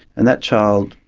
and that child,